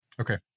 okay